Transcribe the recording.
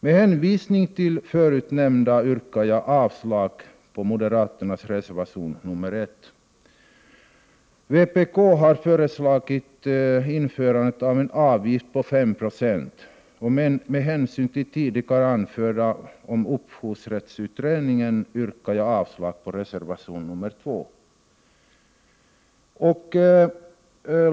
Med hänvisning till vad jag tidigare sagt yrkar jag avslag på den moderata reservationen nr 1. Vpk har föreslagit införande av en avgift på 5 20. Med hänvisning till vad jag anfört om upphovsrättsutredningen yrkar jag avslag på reservation 2.